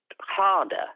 harder